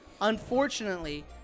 Unfortunately